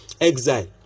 exile